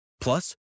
Plus